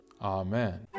Amen